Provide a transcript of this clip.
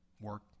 work